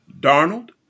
Darnold